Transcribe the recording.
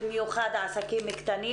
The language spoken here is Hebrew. במיוחד עסקים קטנים,